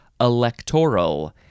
electoral